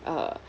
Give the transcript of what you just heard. uh